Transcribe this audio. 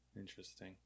Interesting